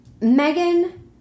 Megan